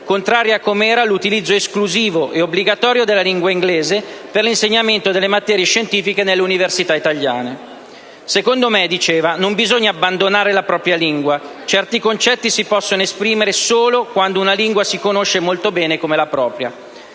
contraria come era all'utilizzo esclusivo ed obbligatorio della lingua inglese per l'insegnamento delle materie scientifiche nelle università italiane. «Secondo me» - diceva - «non bisogna abbandonare la propria lingua, certi concetti si possono esprimere solo quando una lingua si conosce molto bene come la propria».